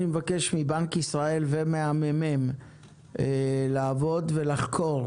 אני מבקש מבנק ישראל ומה-ממ"מ לעבוד ולחקור: